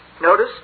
Notice